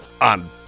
on